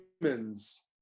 humans